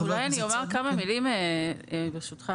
ברשותך